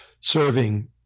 serving